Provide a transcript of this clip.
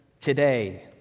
today